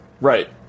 Right